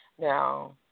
Now